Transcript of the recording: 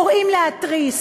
קוראים להתריס,